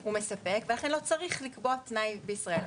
הם מספקים, ולכן לא צריך לקבוע תנאים בישראל.